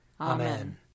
Amen